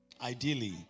ideally